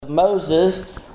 Moses